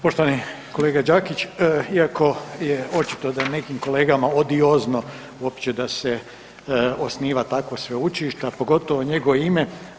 Poštovani kolega Đakić, iako je očito da nekim kolegama odiozno uopće da se osniva takvo sveučilište, a pogotovo njegovo ime.